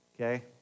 okay